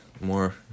More